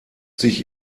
sich